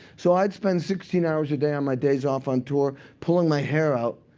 so i'd spend sixteen hours a day on my days off on tour, pulling my hair out.